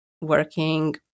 working